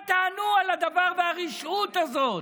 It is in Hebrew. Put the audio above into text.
מה תענו על הדבר והרשעות הזאת?